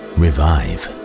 revive